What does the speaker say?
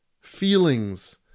Feelings